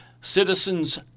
Citizens